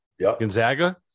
Gonzaga